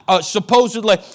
supposedly